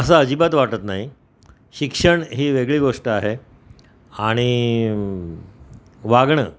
असं अजिबात वाटत नाही शिक्षण ही वेगळी गोष्ट आहे आणि वागणं